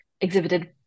exhibited